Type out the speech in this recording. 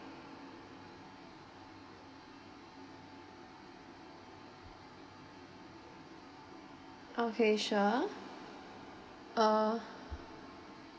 okay sure uh